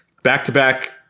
Back-to-back